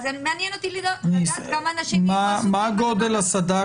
אז מעניין אותי לבדוק כמה אנשים מתוך --- נשמע מה גודל הסד"כ